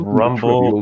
rumble